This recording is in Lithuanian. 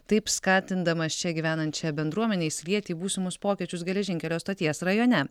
taip skatindamas čia gyvenančią bendruomenę įsilieti į būsimus pokyčius geležinkelio stoties rajone